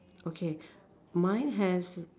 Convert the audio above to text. okay mine has